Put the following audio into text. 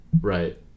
Right